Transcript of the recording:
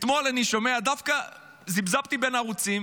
אתמול זפזפתי בין הערוצים